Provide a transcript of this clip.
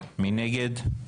מי נגד?